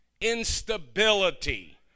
instability